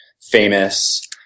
famous